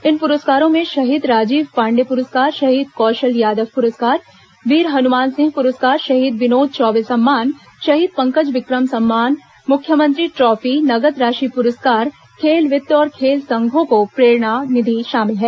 इन पुरस्कारों में शहीद राजीव पाण्डेय पुरस्कार शहीद कौशल यादव पुरस्कार वीर हनुमान सिंह पुरस्कार शहीद विनोद चौबे सम्मान शहीद पंकज विक्रम सम्मान मुख्यमंत्री ट्राफी नगद राशि पुरस्कार खेल वृत्ति और खेल संघों को प्रेरणा निधि शामिल हैं